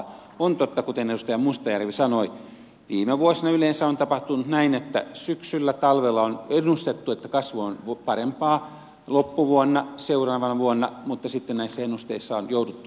on totta kuten edustaja mustajärvi sanoi että viime vuosina yleensä on tapahtunut näin että syksyllä talvella on ennustettu että kasvu on parempaa loppuvuonna seuraavana vuonna mutta sitten näissä ennusteissa on jouduttu pettymään